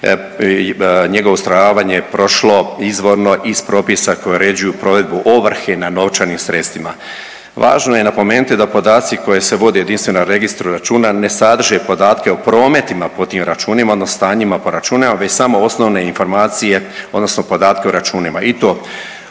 njegovo ustrojavanje je prošlo izvorno iz propisa koji uređuju provedbu ovrhe na novčanim sredstvima. Važno je napomenuti da podaci koji se vode u Jedinstvenom registru računa ne sadrže podatke o prometima po tim računima, odnos stanjima po računima, već samo osnovne informacije odnosno podatke o računima i to po